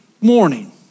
morning